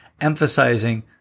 emphasizing